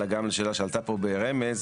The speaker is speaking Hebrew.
אלא גם לשאלה שעלתה פה ברמז,